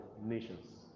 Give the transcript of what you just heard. nations